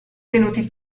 tenuti